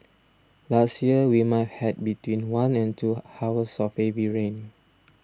last year we might have between one and two hours of heavy rain